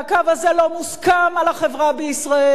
והקו הזה לא מוסכם על החברה בישראל,